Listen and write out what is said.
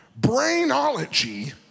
brainology